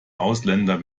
ausländer